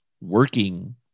working